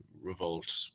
revolt